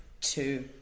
two